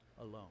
alone